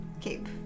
cape